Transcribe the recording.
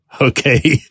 Okay